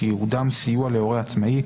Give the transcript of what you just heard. שייעודם סיוע להורה עצמאי,